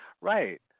Right